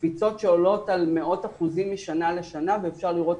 תפיסות שעולות על מאות אחוזים משנה לשנה ואפשר לראות